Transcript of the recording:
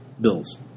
Bills